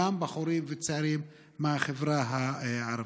גם בחורים צעירים מהחברה הערבית.